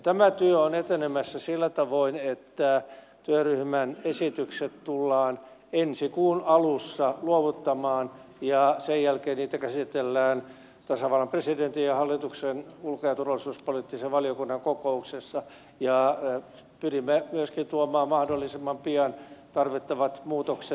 tämä työ on etenemässä sillä tavoin että työryhmän esitykset tullaan ensi kuun alussa luovuttamaan ja sen jälkeen niitä käsitellään tasavallan presidentin ja hallituksen ulko ja turvallisuuspoliittisen valiokunnan kokouksessa ja pyrimme myöskin tuomaan mahdollisimman pian eduskunnan käsittelyyn lainsäädännössä tarvittavat muutokset